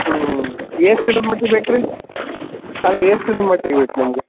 ಹ್ಞೂ ಎಷ್ಟು ದಿನದ ಮಟ್ಟಿಗೆ ಬೇಕು ರಿ ಅಲ್ಲ ಎಷ್ಟು ದಿನ ಮಟ್ಟಿಗೆ ಬೇಕು ನಿಮಗೆ